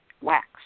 wax